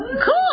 cool